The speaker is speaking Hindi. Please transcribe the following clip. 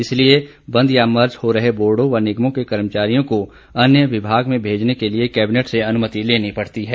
इसलिए बंद या मर्ज हो रहे बोर्डो व निगमों के कर्मचारियों को अन्य विभाग में भेजने के लिए कैबिनेट से अनुमति लेनी पड़ती हैं